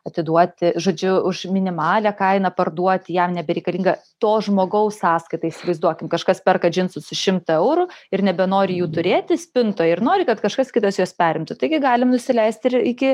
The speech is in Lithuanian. atiduoti žodžiu už minimalią kainą parduoti jam nebereikalingą to žmogaus sąskaita įsivaizduokim kažkas perka džinsus už šimtą eurų ir nebenori jų turėti spintoje ir nori kad kažkas kitas juos perimtų taigi galim nusileisti ir iki